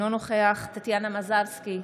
אינו נוכח טטיאנה מזרסקי,